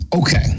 Okay